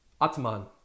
Atman